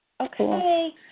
Okay